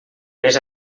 més